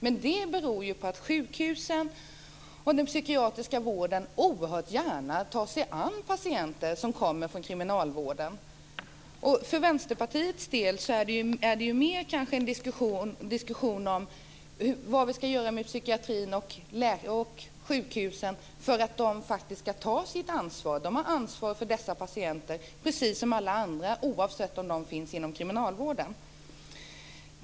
Men det beror ju på att sjukhusen och den psykiatriska vården oerhört gärna tar sig an patienter som kommer från kriminalvården. För Vänsterpartiet handlar det mer om vad vi ska göra med psykiatrin och sjukhusen för att de faktiskt ska ta sitt ansvar. De har ansvar för dessa patienter precis som för alla andra oavsett om de finns inom kriminalvården eller inte.